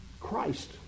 Christ